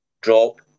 drop